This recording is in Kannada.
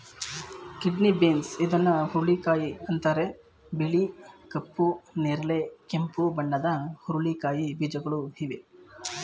ಕಿಡ್ನಿ ಬೀನ್ಸ್ ಇದನ್ನು ಹುರುಳಿಕಾಯಿ ಅಂತರೆ ಬಿಳಿ, ಕಪ್ಪು, ನೇರಳೆ, ಕೆಂಪು ಬಣ್ಣದ ಹುರಳಿಕಾಯಿ ಬೀಜಗಳು ಇವೆ